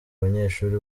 abanyeshuri